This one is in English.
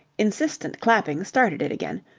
insistent clapping started it again,